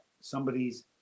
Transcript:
somebody's